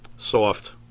soft